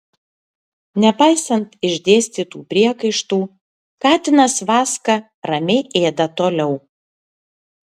nepaisant išdėstytų priekaištų katinas vaska ramiai ėda toliau